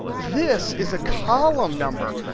this is a column number,